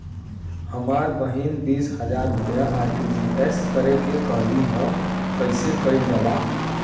हमर बहिन बीस हजार रुपया आर.टी.जी.एस करे के कहली ह कईसे कईल जाला?